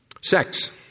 Sex